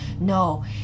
no